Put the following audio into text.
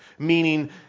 Meaning